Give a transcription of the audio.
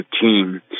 team